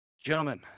Gentlemen